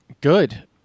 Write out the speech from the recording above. good